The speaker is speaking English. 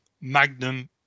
Magnum